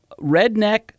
Redneck